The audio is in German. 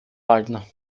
waldner